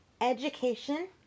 education